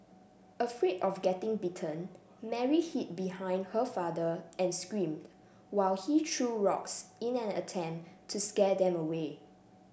afraid of getting bitten Mary hid behind her father and screamed while he threw rocks in an attempt to scare them away